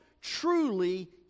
truly